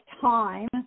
time